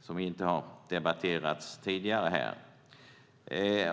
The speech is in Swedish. som inte har debatterats tidigare här.